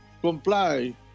comply